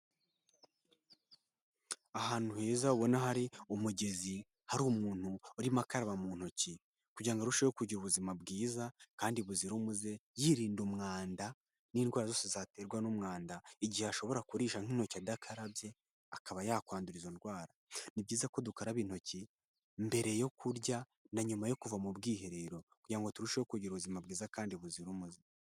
Ahantu heza ubona hari umugezi hari umuntu urimo akaba mu ntoki kugirango ngo arusheho kugira ubuzima bwiza, kandi buzira umuze, yirinda umwanda n'indwara zose zaterwa n'umwanda, igihe ashobora kurisha nk'intoki adakarabye, akaba yakwandura izo ndwara ni byiza ko dukaraba intoki mbere yo kurya na nyuma yo kuva mu bwiherero kugira ngo turusheho kugira ubuzima bwiza kandi buzira umuze.